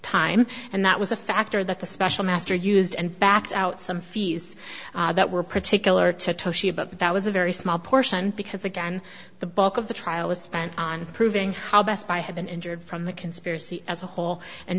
time and that was a factor that the special master used and backed out some fees that were particular to toshi but that was a very small portion because again the bulk of the trial was spent on proving how best buy had been injured from the conspiracy as a whole and